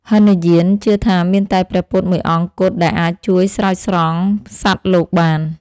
ហីនយានជឿថាមានតែព្រះពុទ្ធមួយអង្គគត់ដែលអាចជួយស្រោចស្រង់សត្វលោកបាន។